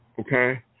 okay